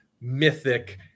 mythic